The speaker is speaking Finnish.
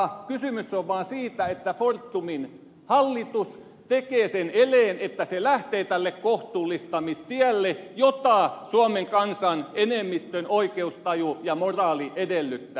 kysymys on vaan siitä että fortumin hallitus tekee sen eleen että se lähtee tälle kohtuullistamistielle jota suomen kansan enemmistön oikeustaju ja moraali edellyttää